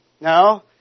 No